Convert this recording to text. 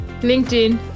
LinkedIn